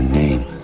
name